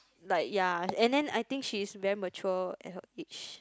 like yea and then I think she's very mature at her age